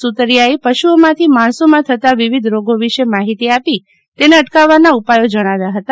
સુતરિયાએ પશુઓમાંથી માણસોમાં થતા વિવિધ રોગો વિશે માહિતી આપી તેને અટકાવવાના ઉપાયો જણાવ્યા હતા